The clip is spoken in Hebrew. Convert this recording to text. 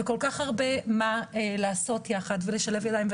כל כך הרבה מה לעשות יחד ולשלב ידיים,